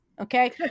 okay